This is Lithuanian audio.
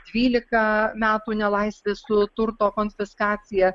dvylika metų nelaisvės su turto konfiskacija